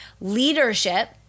Leadership